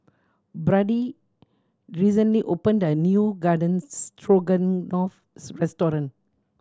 Brody recently opened a new Garden Stroganoff restaurant